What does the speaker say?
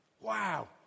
Wow